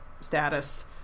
status